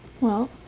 well,